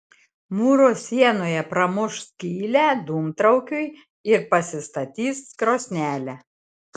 mūro sienoje pramuš skylę dūmtraukiui ir pasistatys krosnelę